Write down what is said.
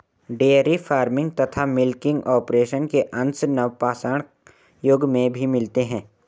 dairy farming तथा milking operation के अंश नवपाषाण युग में भी मिलते हैं